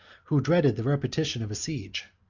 who dreaded the repetition of a siege.